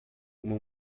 uma